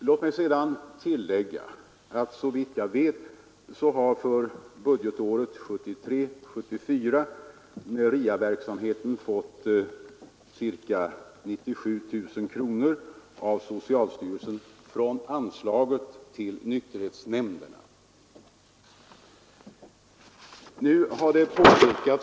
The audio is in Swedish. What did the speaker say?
Låt mig sedan tillägga att såvitt jag vet så har för budgetåret 1973/74 RIA-verksamheten fått ca 97 000 kronor av socialstyrelsen från anslaget till nykterhetsnämnderna.